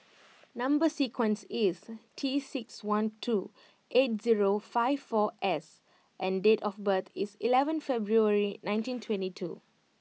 number sequence is T six one two eight zero five four S and date of birth is eleven February nineteen twenty two